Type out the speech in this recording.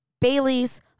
Baileys